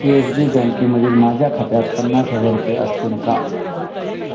C S B बँकेमधील माझ्या खात्यात पन्नास हजार रुपये असतील का